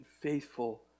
faithful